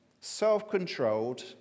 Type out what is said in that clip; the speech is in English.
self-controlled